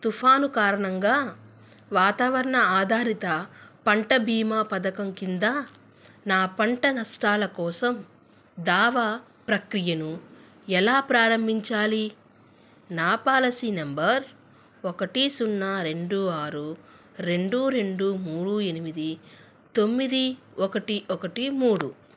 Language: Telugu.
తుఫాను కారణంగా వాతావరణ ఆధారిత పంట భీమా పథకం కింద నా పంట నష్టాల కోసం దావా ప్రక్రియను ఎలా ప్రారంభించాలి నా పాలసీ నంబర్ ఒకటి సున్నా రెండు ఆరు రెండు రెండు మూడు ఎనిమిది తొమ్మిది ఒకటి ఒకటి మూడు